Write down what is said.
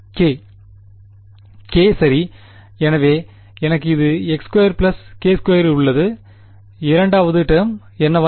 k சரி எனவே எனக்கு ஒரு x2k2 உள்ளது இரண்டாவது டேர்ம் என்னவாகிறது